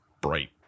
bright